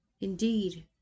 Indeed